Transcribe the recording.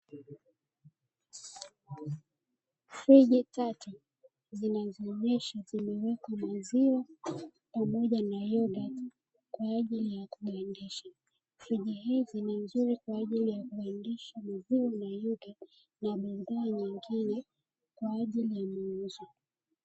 Friji tatu zinazoonyesha zimewekwa maziwa pamoja na yogati kwa ajili ya kugandisha, friji hizi ni nzuri kwa ajili ya kugandisha maziwa na yogati na bidhaa nyingine kwa ajili ya mauzo.